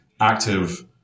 active